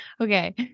Okay